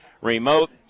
remote